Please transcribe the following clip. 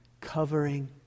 covering